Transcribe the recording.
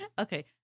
Okay